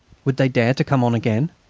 would they dare to come on again?